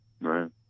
Right